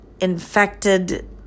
infected